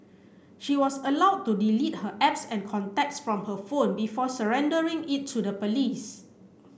she was allowed to delete her apps and contacts from her phone before surrendering it to the police